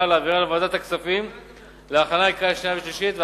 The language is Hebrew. ולהעבירה לוועדת הכספים להכנה לקריאה שנייה וקריאה שלישית.